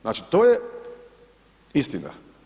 Znači to je istina.